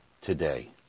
today